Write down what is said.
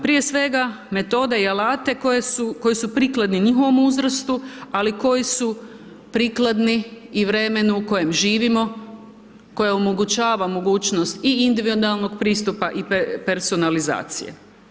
Prije svega metode i alate koji su prikladni njihovom uzrastu, ali koji u prikladni i vremenu u kojem živimo, koje omogućava i mogućnost i individualnog pristupa i personalizacije.